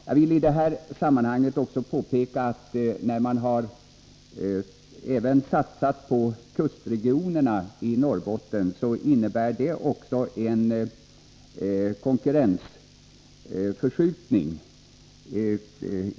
Jag vill i det sammanhanget påpeka att satsningen på kustregionerna också innebär en orättvis konkurrensförskjutning.